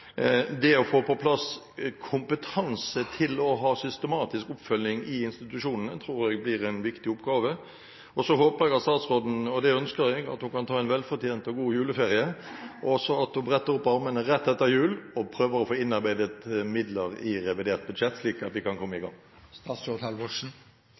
Det å få på plass kompetanse til å ha systematisk oppfølging i institusjonene tror jeg blir en viktig oppgave. Så håper og ønsker jeg at statsråden kan ta en velfortjent og god juleferie, og at hun bretter opp ermene rett etter jul og prøver å få innarbeidet midler i revidert budsjett, slik at vi kan komme i